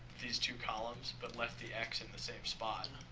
these two columns, but left the x in the same spot.